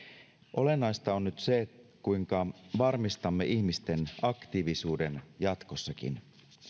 olennaista on nyt se kuinka varmistamme ihmisten aktiivisuuden jatkossakin